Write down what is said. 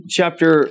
chapter